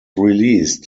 released